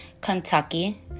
Kentucky